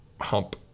Hump